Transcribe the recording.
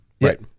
Right